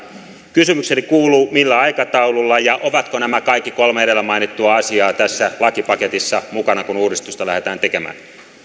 kysymykseni kuuluu millä aikataululla ja ovatko nämä kaikki kolme edellä mainittua asiaa tässä lakipaketissa mukana kun uudistusta lähdetään tekemään